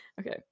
Okay